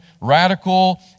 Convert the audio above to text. radical